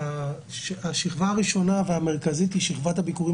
השכבה הראשונה והמרכזית היא שכבת הביקורים